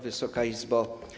Wysoka Izbo!